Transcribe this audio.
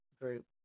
group